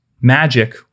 magic